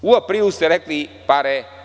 U aprilu ste rekli pare.